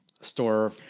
Store